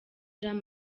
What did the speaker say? jean